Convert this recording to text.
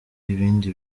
ibindi